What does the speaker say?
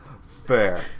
fair